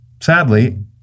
Sadly